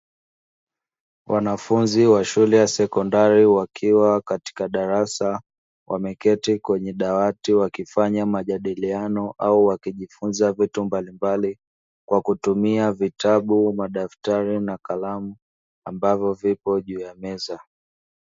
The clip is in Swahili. Wanafunzi wa shule ya sekondari wakiwa katika darasa wameketi kwenye dawati wakifanya majadiliano au wakijifunza vitu mbalimbali kwa kutumia vitabu, madaftari na kalamu ambavyo vipo juu ya meza.